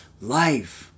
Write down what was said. life